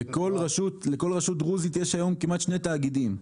לכל רשות דרוזית יש היום כמעט שני תאגידים.